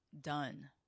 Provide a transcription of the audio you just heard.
done